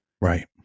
Right